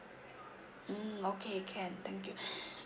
mm okay can thank you